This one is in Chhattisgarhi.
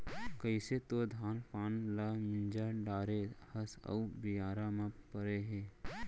कइसे तोर धान पान ल मिंजा डारे हस अउ बियारा म परे हे